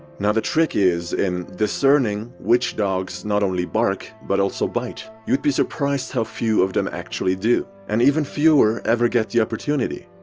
now the trick is in discerning which dogs not only only bark, but also bite. you'd be surprised how few of them actually do and even fewer ever get the opportunity.